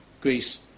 Greece